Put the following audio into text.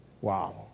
wow